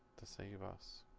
to save us